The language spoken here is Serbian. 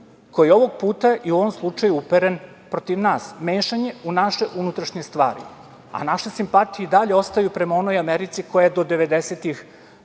koji ovog puta i u ovom slučaju upere je protiv nas, mešanje u naše unutrašnje stvari. Naše simpatije i dalje ostaju prema onoj Americi koja do 90-ih